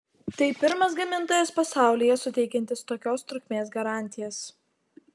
tai pirmas gamintojas pasaulyje suteikiantis tokios trukmės garantijas